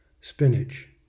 Spinach